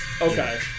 okay